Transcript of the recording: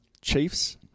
Chiefs